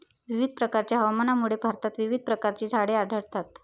विविध प्रकारच्या हवामानामुळे भारतात विविध प्रकारची झाडे आढळतात